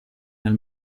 nel